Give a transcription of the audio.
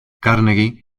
carnegie